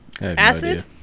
Acid